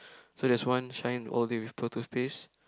so there is one shine all day with pearl toothpaste